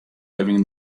having